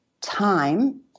time